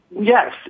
Yes